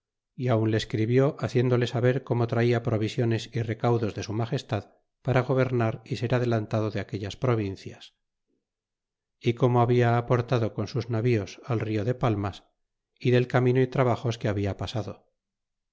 y aun le escribió haciéndole saber romo traia provisiones y recaudos de su magestad para gobernar y ser adelantado de aquellas provincias y como habla aportado con sus navíos al rio de palmas y del camino y trabajos que habia pasado